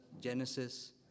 Genesis